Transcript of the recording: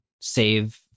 save